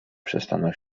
przestaną